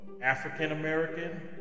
African-American